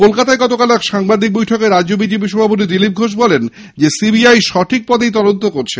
কলকাতায় এক সাংবাদিক বৈঠকে রাজ্য বিজেপির সভাপতি দিলীপ ঘোষ বলেন সিবিআই সঠিক পথেই তদন্ত করছে